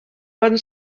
van